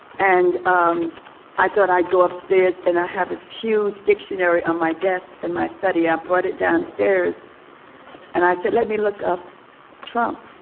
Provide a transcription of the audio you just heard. and um i thought i'd go upstairs and i have a huge dictionary on my desk and my study. i brought it downstairs and i said let me look up trump